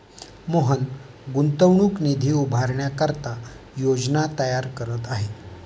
मोहन गुंतवणूक निधी उभारण्याकरिता योजना तयार करत आहे